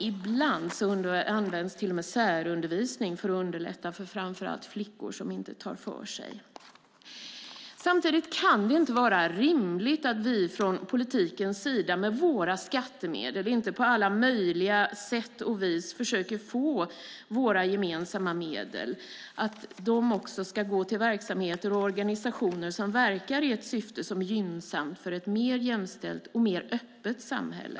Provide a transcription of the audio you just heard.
Ibland används till och med särundervisning för att underlätta för framför allt flickor som inte tar för sig. Samtidigt kan det inte vara rimligt att vi från politikens sida med våra skattemedel inte på alla möjliga sätt och vis försöker få våra gemensamma medel att gå till verksamheter och organisationer som verkar i ett syfte som är gynnsamt för ett mer jämställt och öppet samhälle.